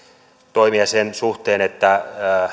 toimia sen suhteen että